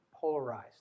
polarized